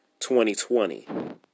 2020